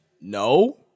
No